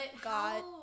God